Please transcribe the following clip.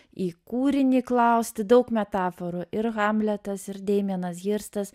į kūrinį klausti daug metaforų ir hamletas ir demienas hirstas